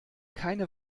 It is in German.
keine